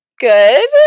good